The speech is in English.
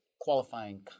qualifying